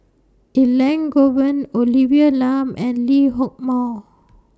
Elangovan Olivia Lum and Lee Hock Moh